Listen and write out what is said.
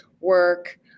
work